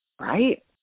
Right